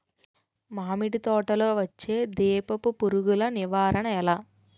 మామిడి తోటలో వచ్చే దీపపు పురుగుల నివారణ ఎలా?